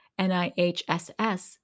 NIHSS